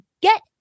Get